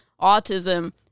autism